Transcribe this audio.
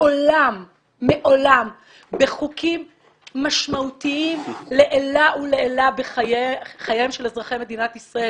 מעולם בחוקים משמעותיים לעילה ולעילה בחייהם של אזרחי מדינת ישראל